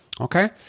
Okay